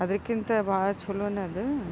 ಅದಕ್ಕಿಂತ ಭಾಳ ಛಲೋನೇ ಅದು